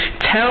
tell